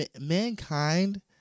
mankind